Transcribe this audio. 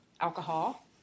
alcohol